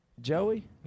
Joey